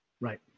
Right